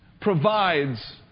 provides